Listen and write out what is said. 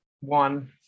one